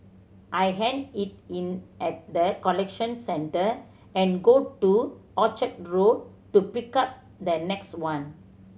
I hand it in at the collection center and go to Orchard Road to pick up the next one